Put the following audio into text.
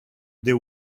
they